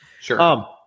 Sure